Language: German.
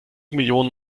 millionen